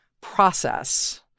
process—